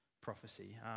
prophecy